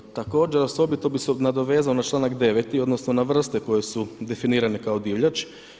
Također osobito bi se nadovezao na čl. 9. odnosno na vrste koje su definirane kao divljač.